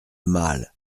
mâle